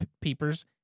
Peepers